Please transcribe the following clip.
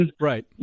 right